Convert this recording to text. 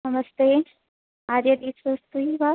नमस्ते आर्य अस्ति वा